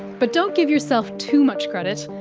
but don't give yourself too much credit,